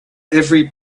every